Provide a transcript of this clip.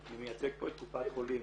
אני מייצג פה את קופת חולים.